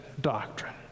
doctrine